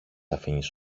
αφήνεις